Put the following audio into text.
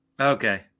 Okay